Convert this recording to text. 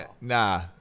nah